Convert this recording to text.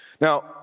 Now